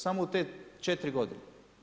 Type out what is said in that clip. Samo u te 4 godine.